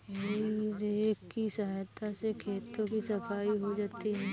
हेइ रेक की सहायता से खेतों की सफाई हो जाती है